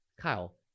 Kyle